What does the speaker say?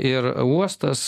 ir uostas